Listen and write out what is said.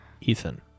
Ethan